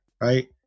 right